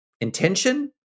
intention